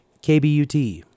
KBUT